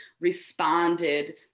responded